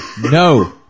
no